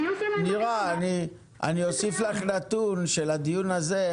נירה, אני אוסיף לך נתון מהדיון הזה.